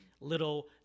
little